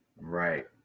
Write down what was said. Right